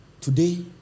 Today